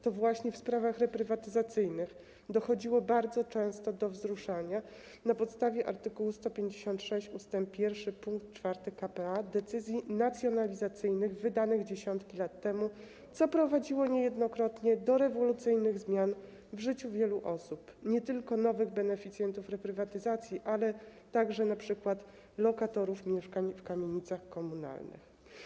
To właśnie w sprawach reprywatyzacyjnych dochodziło bardzo często do wzruszania na podstawie art. 156 ust. 1 pkt 4 k.p.a. decyzji nacjonalizacyjnych wydanych dziesiątki lat temu, co prowadziło niejednokrotnie do rewolucyjnych zmian w życiu wielu osób, nie tylko nowych beneficjentów reprywatyzacji, ale także np. lokatorów mieszkań w kamienicach komunalnych.